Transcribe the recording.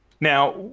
Now